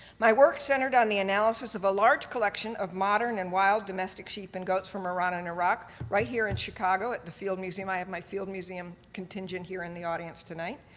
my work centered on the analysis of a large collection of modern and wild domestic sheep and goats from iran and iraq right here in chicago at the field museum i have my field museum contingent here in the audience tonight